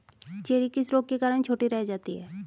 Cherry किस रोग के कारण छोटी रह जाती है?